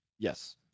Yes